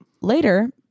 later